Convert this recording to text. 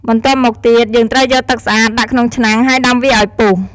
បន្ទាប់មកទៀត យើងត្រូវយកទឺកស្អាតដាក់ក្នុងឆ្នាំង ហើយដាំវាឱ្យពុះ។